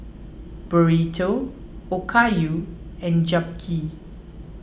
Burrito Okayu and Japchae